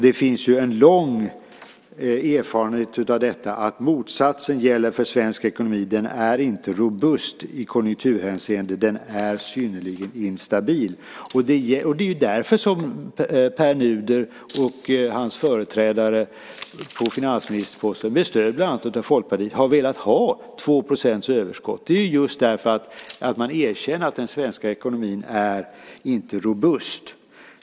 Det finns ju en lång erfarenhet av att motsatsen gäller för svensk ekonomi. Den är inte robust i konjunkturhänseende. Den är synnerligen instabil. Det är därför som Pär Nuder och hans företrädare på finansministerposten, med stöd av bland annat Folkpartiet, har velat ha 2 % överskott. Det är just därför att man erkänner att den svenska ekonomin inte är robust.